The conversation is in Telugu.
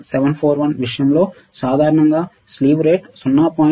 741 LM741 విషయంలో సాధారణంగా స్లీవ్ రేట్ 0